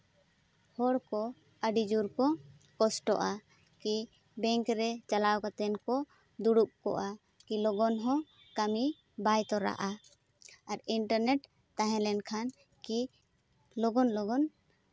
ᱦᱚᱲ ᱠᱚ ᱟᱹᱰᱤ ᱡᱳᱨ ᱠᱚ ᱠᱚᱥᱴᱚᱜᱼᱟ ᱠᱤ ᱵᱮᱝᱠ ᱨᱮ ᱪᱟᱞᱟᱣ ᱠᱟᱛᱮᱫ ᱠᱚ ᱫᱩᱲᱩᱵ ᱠᱚᱜᱼᱟ ᱠᱤ ᱞᱚᱜᱚᱱ ᱦᱚᱸ ᱠᱟᱹᱢᱤ ᱵᱟᱭ ᱛᱚᱨᱟᱜᱼᱟ ᱟᱨ ᱤᱱᱴᱟᱨᱱᱮᱹᱴ ᱛᱟᱦᱮᱸ ᱞᱮᱱᱠᱷᱟᱱ ᱠᱤ ᱞᱚᱜᱚᱱ ᱞᱚᱜᱚᱱ